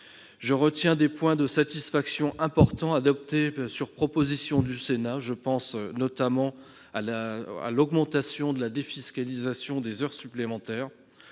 Je relève des points de satisfaction importants retenus sur proposition du Sénat. Je pense à l'augmentation de la défiscalisation des heures supplémentaires,